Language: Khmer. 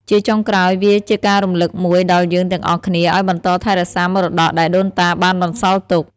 ជាចុងក្រោយ វាជាការរំលឹកមួយដល់យើងទាំងអស់គ្នាឲ្យបន្តថែរក្សាមរតកដែលដូនតាបានបន្សល់ទុក។